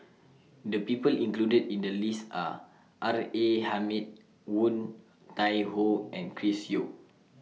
The People included in The list Are R A Hamid Woon Tai Ho and Chris Yeo